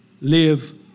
live